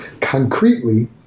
concretely